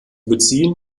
beziehen